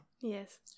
Yes